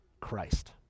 Christ